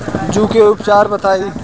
जूं के उपचार बताई?